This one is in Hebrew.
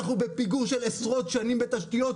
אנחנו בפיגור של עשרות שנים בתשתיות.